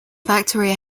factory